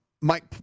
Mike